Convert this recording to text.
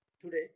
today